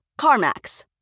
CarMax